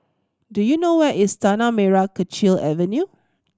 do you know where is Tanah Merah Kechil Avenue